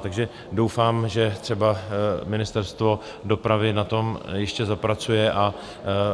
Takže doufám, že třeba Ministerstvo dopravy na tom ještě zapracuje a